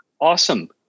Awesome